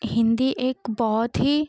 हिन्दी एक बहुत ही